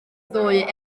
ddoe